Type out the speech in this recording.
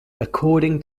according